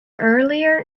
earlier